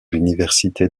l’université